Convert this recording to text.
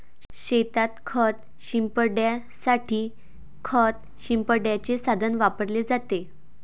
शेतात खत शिंपडण्यासाठी खत शिंपडण्याचे साधन वापरले जाते